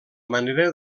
manera